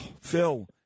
Phil